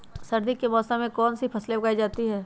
सर्दी के मौसम में कौन सी फसल उगाई जाती है?